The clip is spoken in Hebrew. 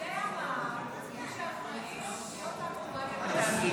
את זה אמר מי שאחראי לתוכניות האקטואליה בתאגיד.